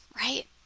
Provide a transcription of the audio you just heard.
right